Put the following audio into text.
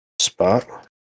spot